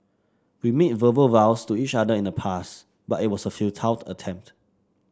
we made verbal vows to each other in the past but it was a futile attempt